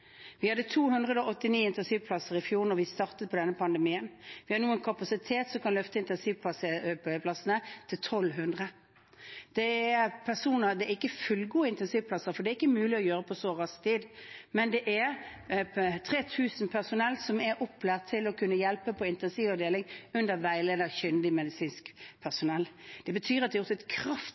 Vi hadde 289 intensivplasser i fjor da vi startet på denne pandemien. Vi har nå en kapasitet som kan løfte intensivplassene til 1 200. Det er ikke fullgode intensivplasser, for det er ikke mulig å gjøre på så kort tid, men det er 3 000 personell som er opplært til å kunne hjelpe til på intensivavdeling under veiledning av kyndig medisinsk personell. Det betyr at vi har gjort et